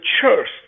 church